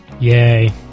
Yay